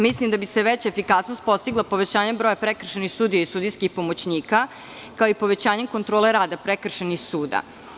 Mislim da će se veća efikasnost postići povećanjem broja prekršajnih sudija i sudijskih pomoćnika, kao i povećanjem kontrole rada prekršajnih sudova.